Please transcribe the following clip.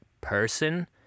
person